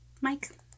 Mike